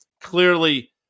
Clearly